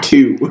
Two